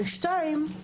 ושנית,